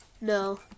no